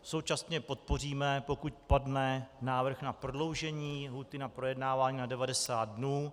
Současně podpoříme, pokud padne návrh na prodloužení lhůty na projednávání na 90 dnů.